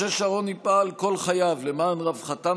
משה שרוני פעל כל חייו למען רווחתם